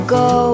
go